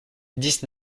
dix